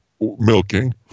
milking